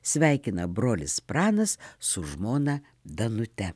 sveikina brolis pranas su žmona danute